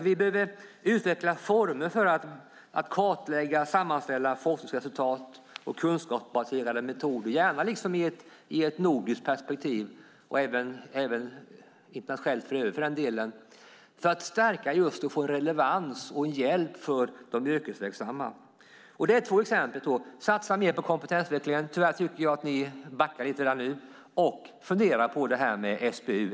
Vi behöver utveckla former för att kartlägga och sammanställa forskningsresultat och kunskapsbaserade metoder, gärna i ett nordiskt perspektiv och även internationellt, för den delen, för att få en relevans och för att hjälpa de yrkesverksamma. Det är två exempel. Satsa mer på kompetensutvecklingen! Tyvärr tycker jag att ni backar lite där nu. Fundera på det här med SBU!